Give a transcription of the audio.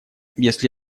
если